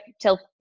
till